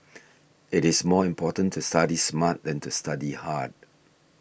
it is more important to study smart than to study hard